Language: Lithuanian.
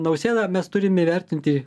nausėda mes turim įvertinti